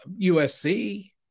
usc